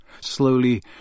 Slowly